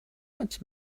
much